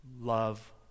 Love